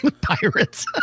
Pirates